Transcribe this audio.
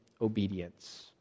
obedience